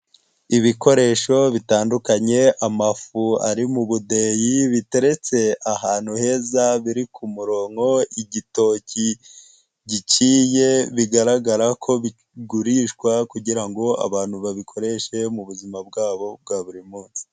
Ibikoresho bitandukanye, amafu ari mu budeyi, biteretse ahantu heza biri ku murongo, igitoki giciye, bigaragara ko bigurishwa kugirango abantu babikoreshe mu buzima bwabo bwa buri munsi.